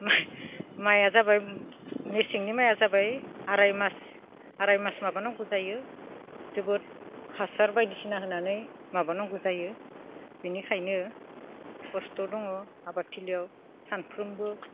माइआ जाबाय मेसेंनि माइआ जाबाय आराय मास आराय मास माबा नांगौ जायो जोबोद हासार बायदिसिना होनानै माबा नांगौ जायो बेनिखायनो खस्थ' दङ आबाद थिलियाव सानफ्रोमबो